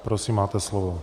Prosím, máte slovo.